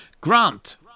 Grant